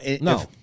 no